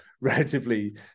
relatively